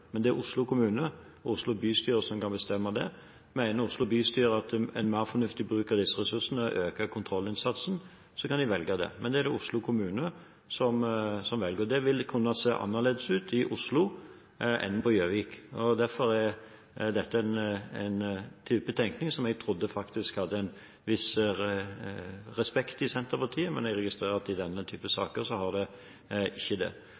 men det er det Oslo kommune og Oslo bystyre som kan bestemme. Mener Oslo bystyre at en mer fornuftig bruk av disse ressursene er å øke kontrollinnsatsen, kan Oslo kommune velge det. Dette vil kunne se annerledes ut i Oslo enn på Gjøvik. Derfor er dette en type tenkning som jeg faktisk trodde hadde en viss respekt i Senterpartiet, men jeg registrerer at i denne typen saker har det ikke det. Det er heller ikke Stortinget som vedtar antallet prikker og reglene knyttet til det. Det fastsettes i forskrift. Det gjør det